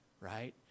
right